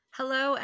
Hello